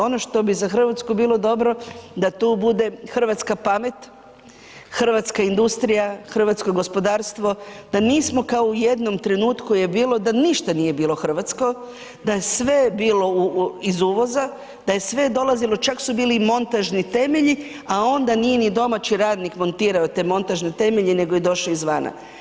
Ono što bi za Hrvatsku bilo dobro da tu bude hrvatska pamet, hrvatska industrija, hrvatsko gospodarstvo, da nismo kao u jednom trenutku je bilo da ništa nije bilo hrvatsko, da je sve bilo iz uvoza, da je sve dolazilo, čak su bili i montažni temelji, a onda nije ni domaći radnik montirao te montažne temelje nego je došao izvana.